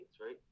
right